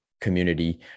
community